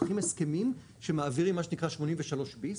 צריכים הסכמים שמעבירים מה שנקרא B83,